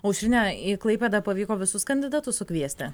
aušrine į klaipėdą pavyko visus kandidatus sukviesti